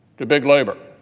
to big labor